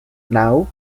now